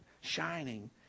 shining